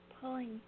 Pulling